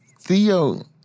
Theo